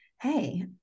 Hey